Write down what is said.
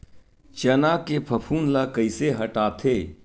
चना के फफूंद ल कइसे हटाथे?